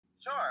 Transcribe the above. Sure